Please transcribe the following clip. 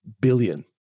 billion